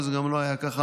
וזה גם לא היה ככה,